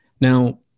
Now